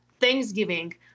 Thanksgiving